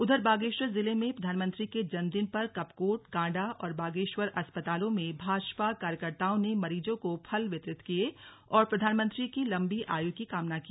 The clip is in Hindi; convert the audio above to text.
उधर बागेश्वर जिले में प्रधानमंत्री के जन्मदिन पर कपकोट कांडा और बागेश्वर अस्तपतालों में भाजपा कार्यकर्ताओं ने मरीजों को फल वितरित किए और प्रधानमंत्री की लंबी आयु की कामना की